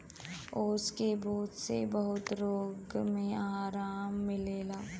ओस की बूँदो से बहुत रोग मे आराम मिलेला